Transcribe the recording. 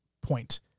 point